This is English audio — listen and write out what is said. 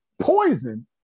Poison